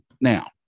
Now